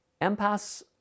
empaths